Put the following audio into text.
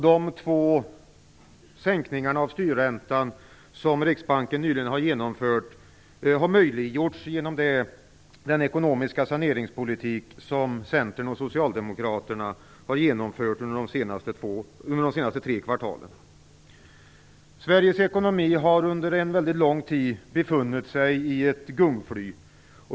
De två sänkningar av styrräntan som Riksbanken nyligen genomfört har möjliggjorts genom den ekonomiska saneringspolitik som Centern och Socialdemokraterna har genomfört under de senaste tre kvartalen. Sveriges ekonomi har under en mycket lång tid befunnit sig i ett gungfly.